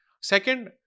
Second